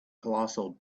colossal